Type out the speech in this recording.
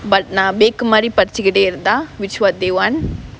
but நான் பேக்கு மாறி படிச்சுகிட்டே இருந்தா:naan bekku maari padichukitte irunthaa which what they want